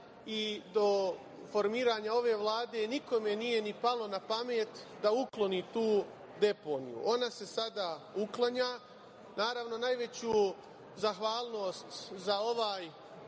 i do formiranja ove Vlade nikome nije ni palo na pamet da ukloni tu deponiju. Ona se sada uklanja. Naravno, najveću zahvalnost za ovaj